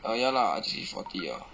err ya lah actually forty